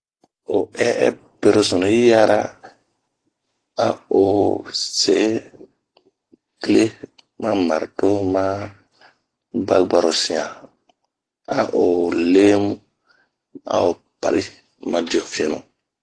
O ɛh ɛh perosunu yi yara a o se kile, ma marito, ma kile, a o lemu, a o pari ma diefinu